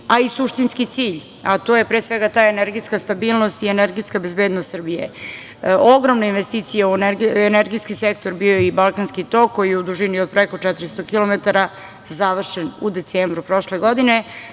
a i suštinski cilj, a to je pre svega ta energetska stabilnost i energetska bezbednost Srbije. Ogromna investicija u energetski sektor bio je i „Balkanski tok“, koji je u dužini od preko 400 kilometara završen u decembru prošle godine,